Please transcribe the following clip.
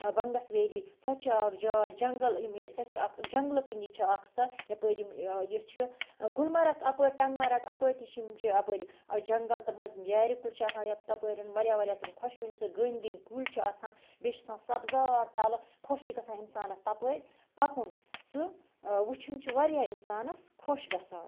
Bangus valley سۄ تہِ چھِ اَکھ جاے جنٛگَل ییٚمہِ سۄ چھِ اَکھ جنٛگلہٕ کٕنی چھِ اَکھ سۄ یَپٲرۍ یِم یہِ چھُ گُلمرگ اَپٲرۍ ٹنٛگ مرگ اَپٲرۍ تہِ چھِ یِم چھِ اَپٲرۍ جنٛگَل تٕمہٕ یارِ کُلۍ چھِ آسان یا تَپٲرٮ۪ن واریاہ واریاہ تِم خۄشوُنۍ سُہ گھٔنۍ گھٔنۍ کُلۍ چھِ آسان بیٚیہِ چھِ آسان سبزار تَلہٕ خۄش چھِ گژھان اِنسانَس تَپٲرۍ پَکُن سُہ وٕچھُن چھُ واریاہ اِنسانَس خۄش گژھان